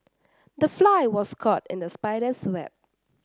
the fly was caught in the spider's web